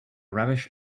rubbish